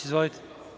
Izvolite.